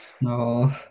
no